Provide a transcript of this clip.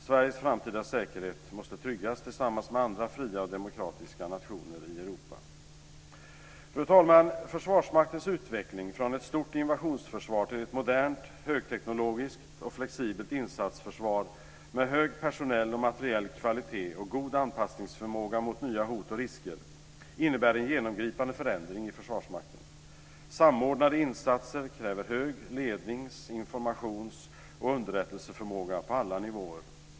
Sveriges framtida säkerhet måste tryggas tillsammans med andra fria och demokratiska nationer i Europa. Fru talman! Försvarsmaktens utveckling från ett stort invasionsförsvar till ett modernt, högteknologiskt och flexibelt insatsförsvar med hög personell och materiell kvalitet och god anpassningsförmåga mot nya hot och risker innebär en genomgripande förändring i Försvarsmakten. Samordnade insatser kräver hög lednings, informations och underrättelseförmåga på alla nivåer.